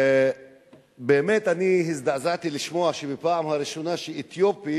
באמת אני הזדעזעתי לשמוע בפעם הראשונה שאתיופי